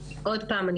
ועוד פעם,